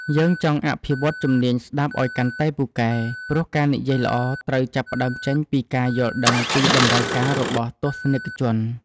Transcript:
យើងចង់អភិវឌ្ឍជំនាញស្ដាប់ឱ្យកាន់តែពូកែ ព្រោះការនិយាយល្អត្រូវចាប់ផ្ដើមចេញពីការយល់ដឹងពីតម្រូវការរបស់ទស្សនិកជន។